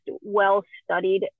well-studied